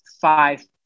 five